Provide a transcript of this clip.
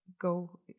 Go